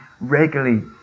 regularly